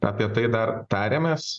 apie tai dar tariamės